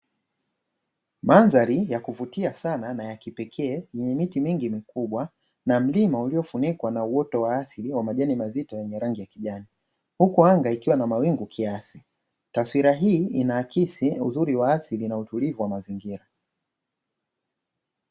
Madhari ya kuvutia sana na ya kipekee yenye miti mingi mikubwa na mlima uliofunikwa na uoto wa asili wa majani mazito yenye rangi ya kijani, huku anga ikiwa na mawingu kiasi. Taswira hii inaakisi uzuri wa asili na utulivu wa mazingira